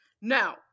Now